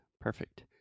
perfect